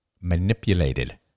manipulated